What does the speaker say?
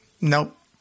Nope